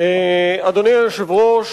אדוני היושב-ראש,